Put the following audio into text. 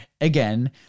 again